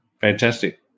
fantastic